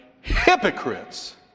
hypocrites